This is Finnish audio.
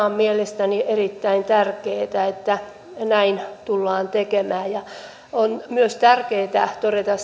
on erittäin tärkeätä että näin tullaan tekemään on myös tärkeätä todeta